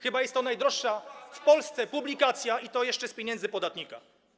Chyba jest to najdroższa w Polsce publikacja, i to jeszcze z pieniędzy podatnika.